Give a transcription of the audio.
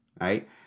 right